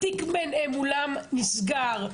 התיק מולם נסגר.